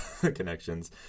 connections